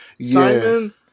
Simon